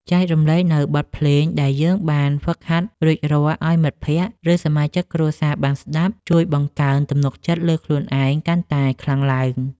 ចែករំលែកនូវបទភ្លេងដែលយើងបានហ្វឹកហាត់រួចរាល់ឱ្យមិត្តភក្តិ ឬសមាជិកគ្រួសារបានស្ដាប់ជួយបង្កើនទំនុកចិត្តលើខ្លួនឯងឱ្យកាន់តែខ្លាំងឡើង។